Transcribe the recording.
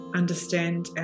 understand